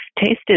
tasted